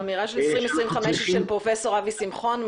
האמירה לגבי 2025 היא אמירה של פרופסור אבי שמחון,